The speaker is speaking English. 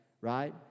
right